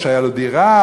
או שהייתה לו דירה,